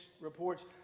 reports